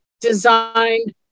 designed